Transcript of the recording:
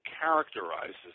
characterizes